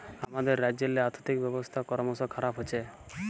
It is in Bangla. আমাদের রাজ্যেল্লে আথ্থিক ব্যবস্থা করমশ খারাপ হছে